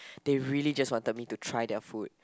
they really just wanted me to try their food